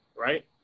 right